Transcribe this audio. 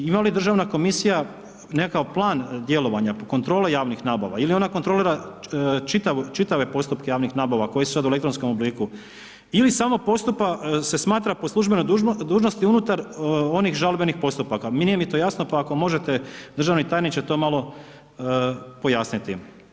Ima li državna komisija nekakav plan djelovanja, kontrole javnih nabava ili ona kontrolira čitave postupke javnih nabava koji su sad u elektronskom obliku ili samo postupa se smatra po službenoj dužnosti unutar onih žalbenih postupaka, pa ako možete, državni tajniče, to malo pojasniti.